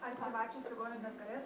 ar privačios ligoninės galės